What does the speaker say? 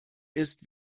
ist